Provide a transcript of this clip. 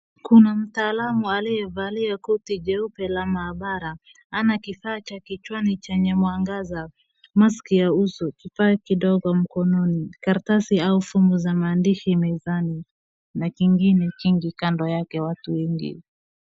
Kuna mtaalamu aliyevalia koti jeupe la maabara, ana kifaa kichwani chenye mwangaza, mask ya uso, kifaa kidogo mkononi, karatasi au fomu za maandishi mezani na kingine kingi kando yake, watu wengi.